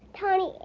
tony,